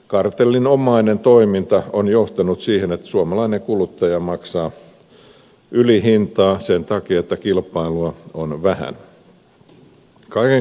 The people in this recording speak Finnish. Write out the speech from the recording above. kartellinomainen toiminta on johtanut siihen että suomalainen kuluttaja maksaa ylihintaa sen takia että kilpailua on vähän